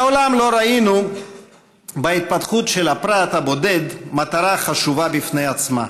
מעולם לא ראינו בהתפתחות של הפרט הבודד מטרה חשובה בפני עצמה,